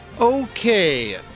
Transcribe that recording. Okay